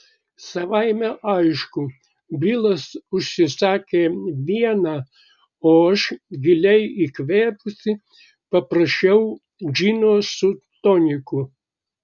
savaime aišku bilas užsisakė vieną o aš giliai įkvėpusi paprašiau džino su toniku